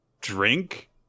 drink